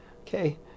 Okay